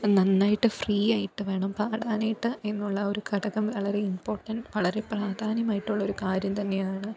നന്നായിട്ട് ഫ്രീ ആയിട്ട് വേണം പാടാനായിട്ട് എന്നുള്ള ഒരു ഘടകം വളരെ ഇമ്പോർട്ടൻറ്റ് വളരെ പ്രാധാന്യമായിട്ടുള്ളൊരു കാര്യം തന്നെയാണ്